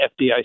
FDIC